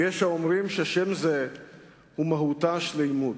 ויש האומרים ששם זה הוא מהותה: שלמות,